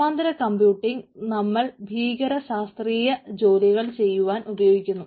സമാന്തര കംപ്യൂട്ടിങ്ങ് നമ്മൾ ഭീകരമായ ശാസ്ത്രീയ ജോലികൾ ചെയ്യുവാനായി ഉപയോഗിക്കുന്നു